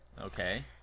Okay